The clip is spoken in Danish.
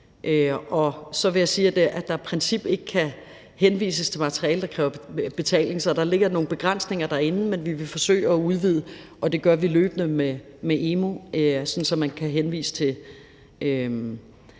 så vil jeg sige, at der af princip ikke kan henvises til materiale, der kræver betaling, så der ligger nogle begrænsninger derinde, men vi vil forsøge at udvide, og det gør vi løbende med emu.dk, sådan at man kan henvise til materiale.